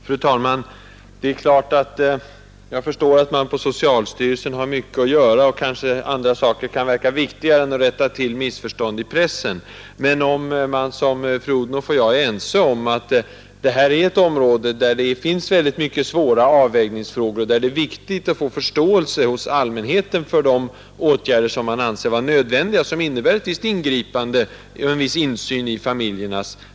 Fru talman! Jag förstår att socialstyrelsen har mycket att göra, och att andra saker kan verka viktigare än att rätta till missförstånd i pressen. Fru Odhnoff och jag är emellertid ense om att det här är ett område där det finns väldigt många svåra avvägningsfrågor och där det är viktigt att få förståelse hos allmänheten för åtgärder som innebär ett visst ingripande och en viss insyn i familjernas tillvaro.